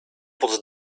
pod